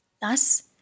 Thus